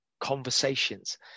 conversations